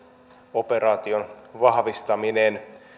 operaation vahvistaminen